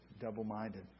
double-minded